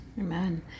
Amen